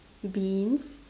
beans